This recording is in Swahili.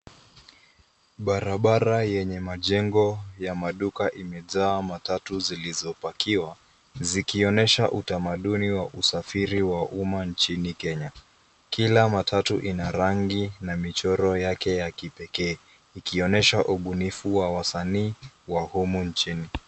Barabara yenye majengo ya maduka imejaa matatu zilizopakiwa, zikionesha utamaduni wa usafiri wa umma nchini kenya. Kila matatu ina rangi na michoro yake ya kipekee ikionesha ubunifu wa wasanii wa humu nchini.